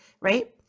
right